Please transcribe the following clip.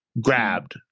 grabbed